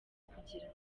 kugira